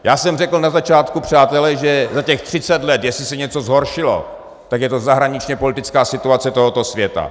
Já jsem řekl na začátku, přátelé, že za těch 30 let, jestli se něco zhoršilo, tak je to zahraničněpolitická situace tohoto světa.